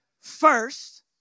first